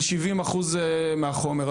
של 70% מהחומר.